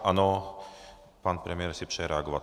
Ano, pan premiér si přeje reagovat.